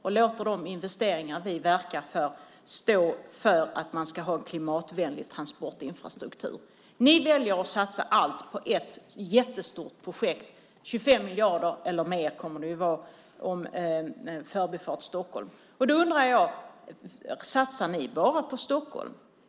Vi låter de investeringar vi verkar för stå för att man ska ha en klimatvänlig transportinfrastruktur. Ni väljer att satsa allt på ett jättestort projekt. Förbifart Stockholm kommer att kosta 25 miljarder eller mer. Jag undrar om ni bara satsar på Stockholm.